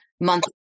month